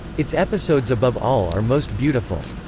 its episodes above all are most beautiful.